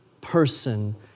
person